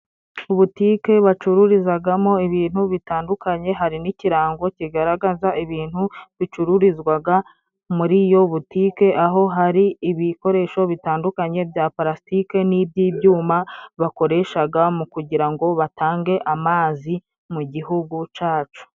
Butike bacururizagamo ibintu bitandukanye，hari n'ikirango kigaragaza ibintu bicururizwaga muri iyo butike，aho hari ibikoresho bitandukanye bya parasitike，n'iby'ibyuma bakoreshaga mu kugira ngo batange amazi mu gihugu cacu.